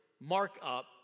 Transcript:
markup